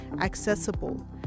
accessible